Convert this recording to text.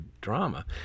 drama